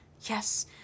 Yes